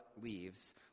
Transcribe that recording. leaves